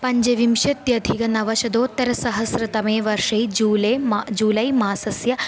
पञ्चविंशत्यधिक नवशतोत्तरसहस्रतमे वर्षे जूलै मा जूलै मासस्य